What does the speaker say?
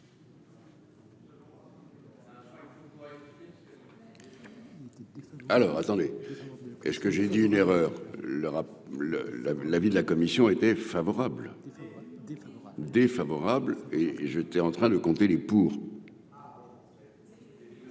Alors attendez qu'est ce que j'ai dit une erreur le le la l'avis de la commission était favorable, défavorable et et j'étais en train de compter les pour.